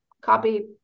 copy